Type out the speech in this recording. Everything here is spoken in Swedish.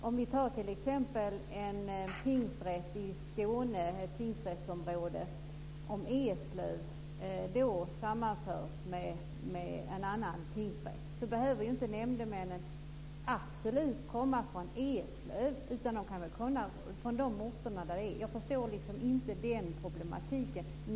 Om t.ex. Eslöv i Skåne tingsrättsområde sammanförs med en annan tingsrätt behöver inte nämndemännen absolut komma från Eslöv, utan de kan komma från de orter där rätten är. Jag förstår inte den problematiken.